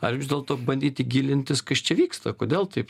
ar vis dėlto bandyti gilintis kas čia vyksta kodėl taip